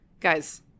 Guys